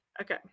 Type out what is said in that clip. okay